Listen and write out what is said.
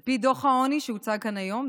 על פי דוח העוני שהוצג כאן היום,